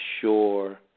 sure